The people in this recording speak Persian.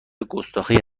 گستاخی